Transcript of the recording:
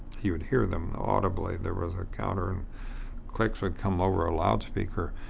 you would hear them audibly there was a counter and clicks would come over a loudspeaker.